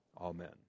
Amen